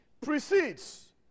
precedes